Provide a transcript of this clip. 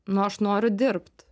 nu aš noriu dirbt